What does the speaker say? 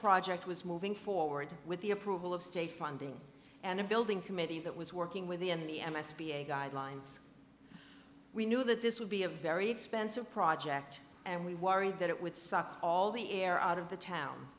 project was moving forward with the approval of state funding and a building committee that was working within the m s p a guidelines we knew that this would be a very expensive project and we worried that it would suck all the air out of the town